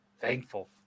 thankful